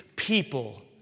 people